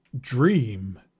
dream